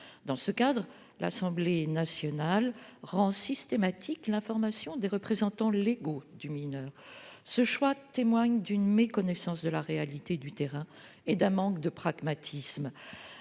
Dans ce cadre, l'Assemblée nationale a rendu systématique l'information des représentants légaux dudit mineur. Ce choix témoigne d'une méconnaissance de la réalité du terrain et d'un manque de pragmatisme.